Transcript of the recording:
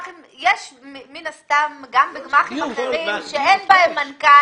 מן הסתם גם בגמ"חים אחרים שאין בהם מנכ"ל,